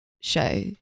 show